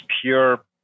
pure